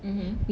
mmhmm